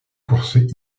courses